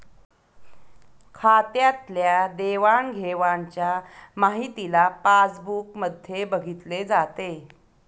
खात्यातल्या देवाणघेवाणच्या माहितीला पासबुक मध्ये बघितले जाते